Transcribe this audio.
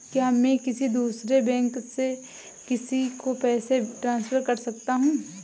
क्या मैं किसी दूसरे बैंक से किसी को पैसे ट्रांसफर कर सकता हूं?